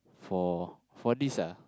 for for this ah